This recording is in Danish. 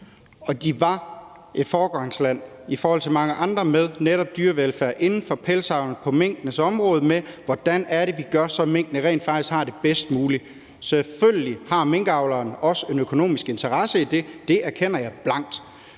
andre var de foregangspersoner med hensyn til netop dyrevelfærden inden for pelsdyravlen på minkenes område, og i forhold til hvordan man gør det, så minkene rent faktisk har det bedst muligt. Selvfølgelig har minkavleren også en økonomisk interesse i det – det erkender jeg blankt